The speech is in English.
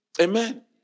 Amen